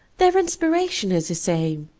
their inspiration is the same,